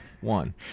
One